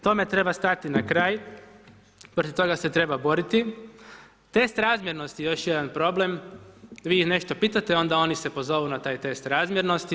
Tome treba stati na kraj, protiv toga se treba boriti, test razmjernosti još jedan problem, vi ih nešto pitate onda oni se pozovu na taj test razmjernosti.